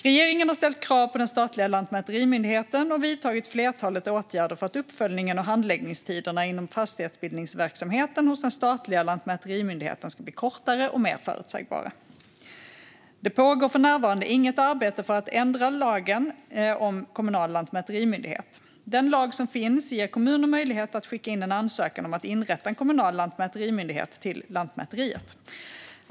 Regeringen har ställt krav på den statliga lantmäterimyndigheten och vidtagit ett flertal åtgärder för att uppföljningen och handläggningstiderna inom fastighetsbildningsverksamheten hos den statliga lantmäterimyndigheten ska bli kortare och mer förutsägbara. Det pågår för närvarande inget arbete för att ändra lagen om kommunal lantmäterimyndighet. Den lag som finns ger kommuner möjlighet att skicka in en ansökan om att inrätta en kommunal lantmäterimyndighet till Lantmäteriet.